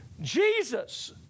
Jesus